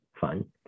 fun